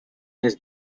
his